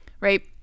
Right